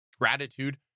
gratitude